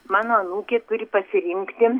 mano anūkė turi pasirinkti